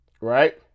right